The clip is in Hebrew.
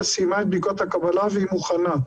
סיימה את בדיקות הקבלה והיא מוכנה.